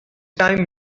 time